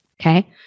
Okay